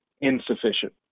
insufficient